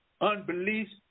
Unbelief